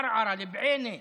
ערערה,